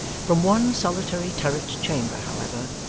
from one solitary turret-chamber, however,